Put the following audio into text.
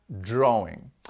drawing